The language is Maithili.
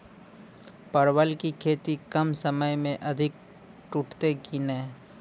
परवल की खेती कम समय मे अधिक टूटते की ने?